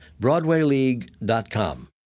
BroadwayLeague.com